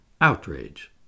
outrage